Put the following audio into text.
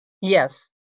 Yes